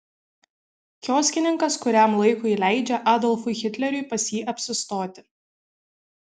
kioskininkas kuriam laikui leidžia adolfui hitleriui pas jį apsistoti